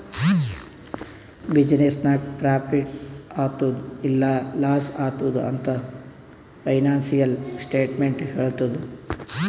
business ನಾಗ್ profit ಆತ್ತುದ್ ಇಲ್ಲಾ ಲಾಸ್ ಆತ್ತುದ್ ಅಂತ್ ಫೈನಾನ್ಸಿಯಲ್ ಸ್ಟೇಟ್ಮೆಂಟ್ ಹೆಳ್ತುದ್